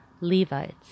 Levites